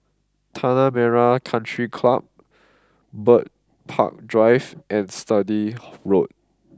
Tanah Merah Country Club Bird Park Drive and Sturdee Road